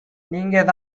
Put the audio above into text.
நீங்க